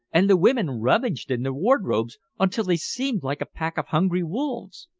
and the women rummaged in the wardrobes until they seemed like a pack of hungry wolves.